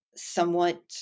somewhat